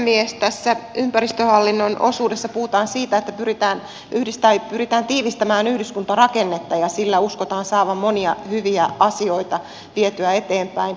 tässä ympäristöhallinnon osuudessa puhutaan siitä että pyritään tiivistämään yhdyskuntarakennetta ja sillä uskotaan saavan monia hyviä asioita vietyä eteenpäin